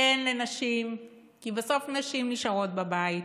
כן, לנשים, כי בסוף נשים נשארות בבית,